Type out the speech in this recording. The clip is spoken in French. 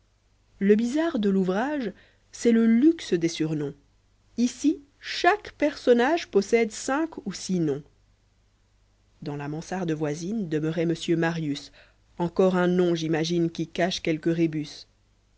le bizarre de l'ouvrage c'est le luxe des surnoms ici chaque personnage possède cinq ou six noms dans la mansarde voisine demeurait monsieur marius encore un nom j'imagine qui cache quelque rébus